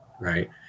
right